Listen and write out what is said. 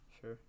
sure